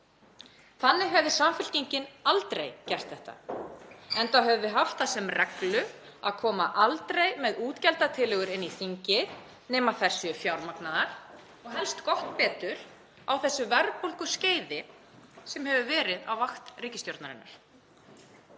Þannig hefði Samfylkingin aldrei gert þetta, enda höfum við haft það sem reglu að koma aldrei með útgjaldatillögur inn í þingið nema þær séu fjármagnaðar og helst gott betur á þessu verðbólguskeiði sem hefur verið á vakt ríkisstjórnarinnar.